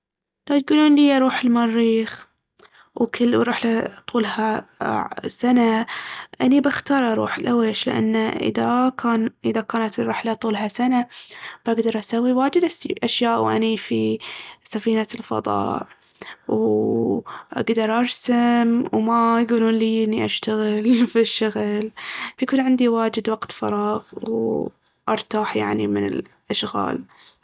لو يقولون ليي اروح المريخ وكل رحلة طولها اع- سنة أني بختار أروح، لويش؟ لأن اذا كان- اذا كانت الرحلة طولها سنة بقدر اسوي واجد أشياء وأني في سفينة الفضاء. وأقدر ارسم وما يقولون ليي اني اشتغل في الشغل، بيكون عندي واجد وقت فراغ وأرتاح يعني من الأشغال.